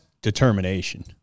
determination